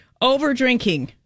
Over-drinking